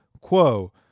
quo